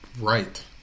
right